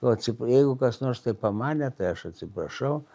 o jeigu kas nors tai pamanė tai aš atsiprašau